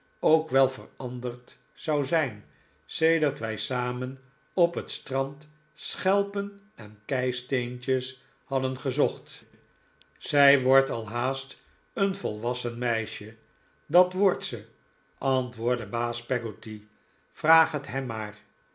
ook wel veranderd zou zijn sedert wij samen op het strand schelpen en keisteentjes hadden gezocht zij wordt al haast een volwassen meisje dat wordt ze antwoordde baas peggotty vraag het hem maar